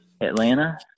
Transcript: Atlanta